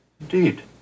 Indeed